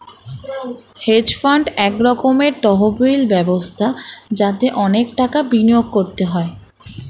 hedge fund এক রকমের তহবিল ব্যবস্থা যাতে অনেক টাকা বিনিয়োগ করতে হয়